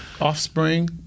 offspring